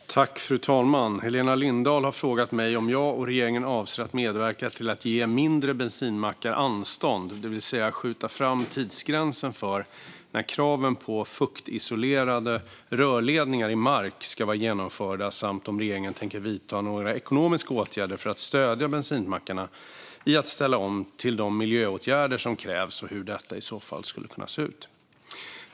Svar på interpellationer Fru talman! Helena Lindahl har frågat mig om jag och regeringen avser att medverka till att ge mindre bensinmackar anstånd, det vill säga skjuta fram tidsgränsen för när kraven på fuktisolerade rörledningar i mark ska vara genomförda samt om regeringen tänker vidta några ekonomiska åtgärder för att stödja bensinmackarna i att ställa om till de miljöåtgärder som krävs och hur detta i så fall skulle kunna se ut.